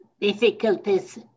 difficulties